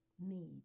need